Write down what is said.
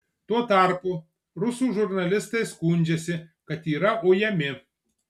tuo tarpu rusų žurnalistai skundžiasi kad yra ujami